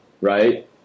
right